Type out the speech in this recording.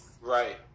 Right